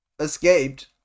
escaped